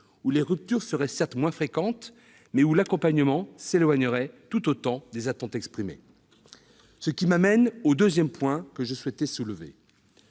où les ruptures seraient certes moins fréquentes, mais où l'accompagnement s'éloignerait tout autant des attentes exprimées ... Cela m'amène au second point que je souhaitais soulever.